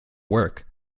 work